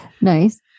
Nice